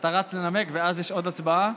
אתה רץ לנמק, ואז עוד יש הצבעה.